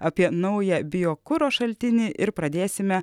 apie naują biokuro šaltinį ir pradėsime